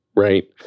Right